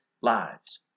lives